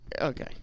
Okay